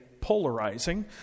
polarizing